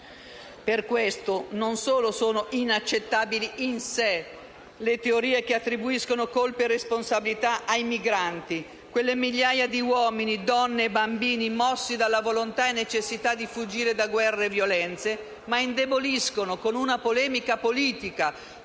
Per questo non solo sono inaccettabili in sé le "teorie" che attribuiscono colpe e responsabilità ai migranti - quelle migliaia di uomini, donne e bambini mossi dalla volontà e dalla necessità di fuggire da guerre e violenze - ma esse indeboliscono anche oggettivamente,